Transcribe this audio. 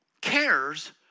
cares